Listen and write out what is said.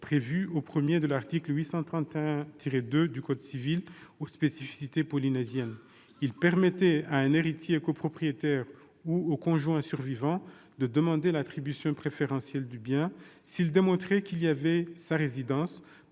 prévu au 1° de l'article 831-2 du code civil, aux spécificités polynésiennes. Il permettait à un héritier copropriétaire ou au conjoint survivant de demander l'attribution préférentielle du bien, s'il démontrait qu'il y avait sa résidence